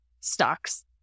stocks